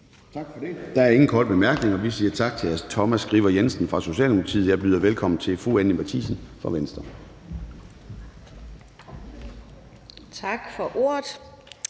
Tak for det. Der er ingen korte bemærkninger. Vi siger tak til hr. Thomas Skriver Jensen fra Socialdemokratiet. Jeg byder velkommen til fru Anni Matthiesen fra Venstre. Kl.